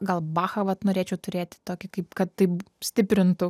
gal bachą vat norėčiau turėti tokį kaip kad taip stiprintų